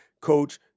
coach